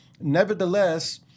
nevertheless